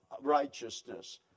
righteousness